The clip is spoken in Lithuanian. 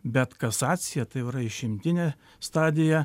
bet kasacija tai jau yra išimtinė stadija